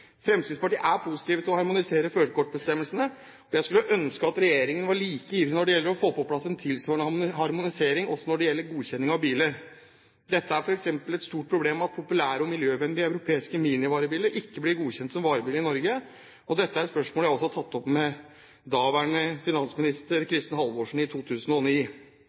Fremskrittspartiet er positiv til å harmonisere førerkortbestemmelsene, og jeg skulle ønske at regjeringen var like ivrig etter å få på plass en tilsvarende harmonisering også når det gjelder godkjenning av biler. Det er f.eks. et stort problem at populære og miljøvennlige europeiske minivarebiler ikke blir godkjent som varebiler i Norge. Dette er et spørsmål jeg også tok opp med daværende finansminister Kristin Halvorsen i 2009.